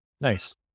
nice